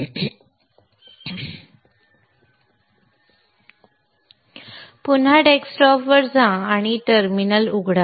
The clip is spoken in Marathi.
पुन्हा डेस्कटॉपवर जा आणि टर्मिनल उघडा